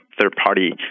third-party